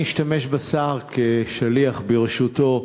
אני אשתמש בשר כשליח, ברשותו.